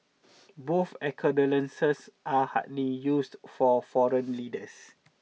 both are hardly used for foreign leaders